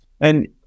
And-